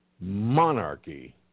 monarchy